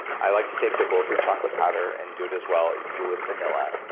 i like to take the bulletproof chocolate powder and do it as well. you can do with vanilla,